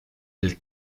del